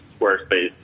Squarespace